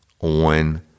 on